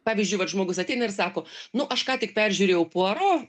pavyzdžiui vat žmogus ateina ir sako nu aš ką tik peržiūrėjau puaro